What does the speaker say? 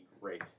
great